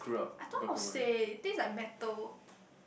I thought how to say this's like metal